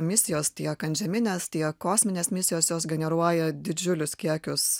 misijos tiek antžeminės tiek kosminės misijos jos generuoja didžiulius kiekius